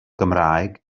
gymraeg